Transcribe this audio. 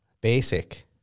Basic